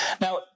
Now